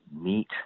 meet